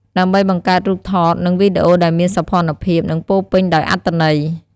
ដើម្បីបង្កើតរូបថត និងវីដេអូដែលមានសោភ័ណភាព និងពោរពេញដោយអត្ថន័យ។